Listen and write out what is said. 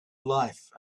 life